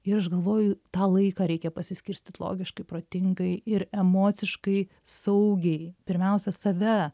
ir aš galvoju tą laiką reikia pasiskirstyt logiškai protingai ir emociškai saugiai pirmiausia save